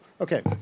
Okay